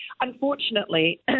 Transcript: Unfortunately